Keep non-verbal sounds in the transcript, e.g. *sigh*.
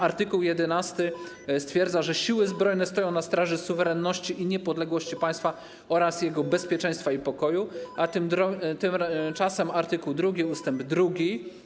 Art. 11 stwierdza, *noise* że Siły Zbrojne stoją na straży suwerenności i niepodległości państwa oraz jego bezpieczeństwa i pokoju, a tymczasem art. 2 ust. 2.